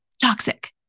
toxic